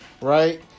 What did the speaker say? right